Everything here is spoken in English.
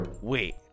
Wait